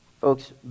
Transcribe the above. Folks